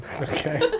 Okay